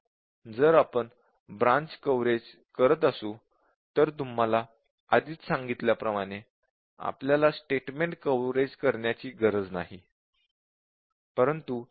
जर आपण branch coverage करत असू तर तुम्हाला आधीच सांगितलल्या प्रमाणे आपल्याला स्टेटमेंट कव्हरेज करण्याची गरज नाही